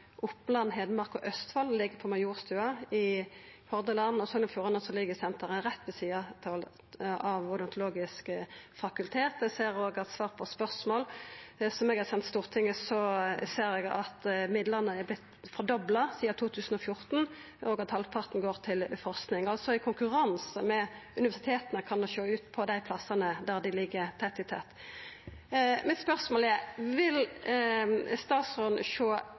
Oppland, Hedmark og Østfold, ligg på Majorstuen. I Hordaland og Sogn og Fjordane ligg senteret rett ved sida av det odontologiske instituttet. Eg ser òg av svar på spørsmål som eg har sendt Stortinget, at midlane har vorte dobla sidan 2014, og at halvparten går til forsking, altså i konkurranse med universiteta – kan det sjå ut som – på dei plassane der dei ligg tett i tett. Spørsmålet mitt er: Vil statsråden sjå